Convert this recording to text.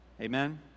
Amen